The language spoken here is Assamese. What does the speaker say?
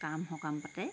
কাম সকাম পাতে